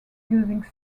using